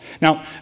Now